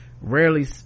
rarely